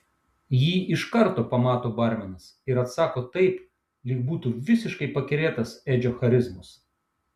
jį iš karto pamato barmenas ir atsako taip lyg būtų visiškai pakerėtas edžio charizmos